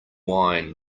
wine